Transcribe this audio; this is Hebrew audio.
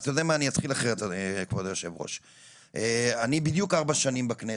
אני בכנסת בדיוק ארבע שנים,